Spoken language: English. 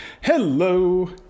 hello